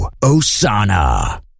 Osana